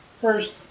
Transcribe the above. First